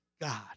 God